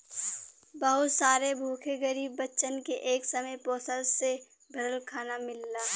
बहुत सारे भूखे गरीब बच्चन के एक समय पोषण से भरल खाना मिलला